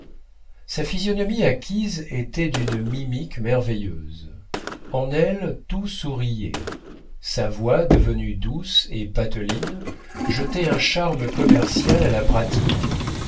sa physionomie acquise était d'une mimique merveilleuse en elle tout souriait sa voix devenue douce et pateline jetait un charme commercial à la pratique